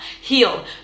Heal